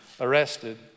arrested